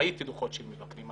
ראיתי דוחות של מבקרים.